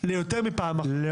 לא